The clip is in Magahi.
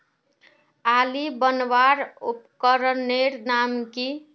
आली बनवार उपकरनेर नाम की?